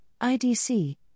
IDC